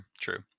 true